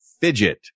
Fidget